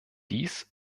dies